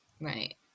right